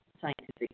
scientific